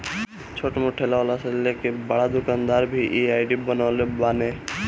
छोट मोट ठेला वाला से लेके बड़ दुकानदार भी इ आई.डी बनवले बाने